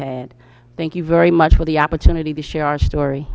the thank you very much for the opportunity to share our story